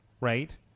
right